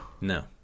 no